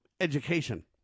education